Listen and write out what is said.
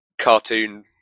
cartoon